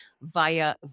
via